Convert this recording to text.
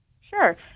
Sure